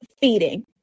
feeding